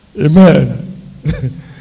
Amen